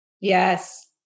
Yes